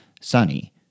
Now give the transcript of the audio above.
sunny